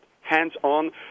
Hands-on